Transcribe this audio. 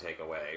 takeaway